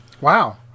Wow